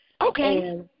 okay